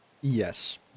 Yes